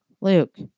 Luke